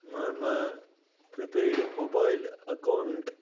मम prepaid mobile account